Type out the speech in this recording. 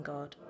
God